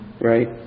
right